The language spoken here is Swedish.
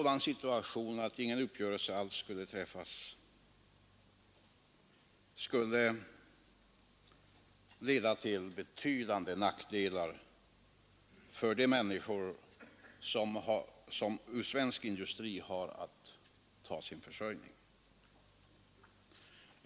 Om ingen uppgörelse alls träffades skulle detta leda till betydande nackdelar för de människor som ur svensk industri har att ta sin fö rjning.